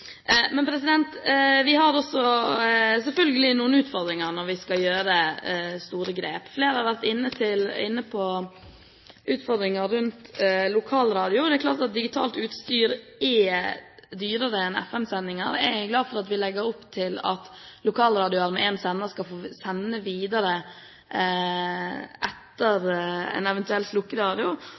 Vi har selvfølgelig også noen utfordringer når vi skal gjøre store grep. Flere har vært inne på utfordringene rundt lokalradio. Det er klart at digitalt utstyr er dyrere enn FM-sendinger. Jeg er glad for at vi legger opp til at lokalradioer med én sender skal få sende videre etter en eventuell